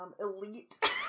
elite